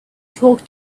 talk